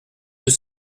deux